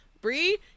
Brie